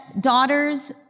daughters